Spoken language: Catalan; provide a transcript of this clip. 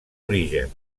orígens